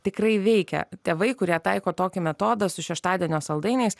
tikrai veikia tėvai kurie taiko tokį metodą su šeštadienio saldainiais